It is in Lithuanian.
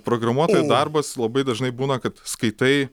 programuotojų darbas labai dažnai būna kad skaitai